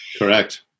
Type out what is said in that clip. Correct